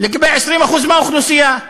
לגבי 20% מהאוכלוסייה.